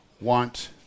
want